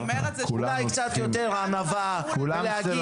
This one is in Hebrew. אולי קצת יותר ענווה ולהגיד: